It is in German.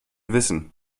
wissen